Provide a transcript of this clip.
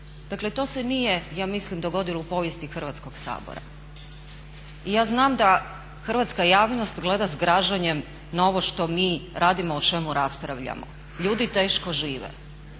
Dakle to se nije, ja mislim dogodilo u povijesti Hrvatskoga sabora. I ja znam da hrvatska javnost gleda sa zgražanjem na ovo što mi radimo, o čemu raspravljamo. Ljudi teško žive,